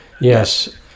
Yes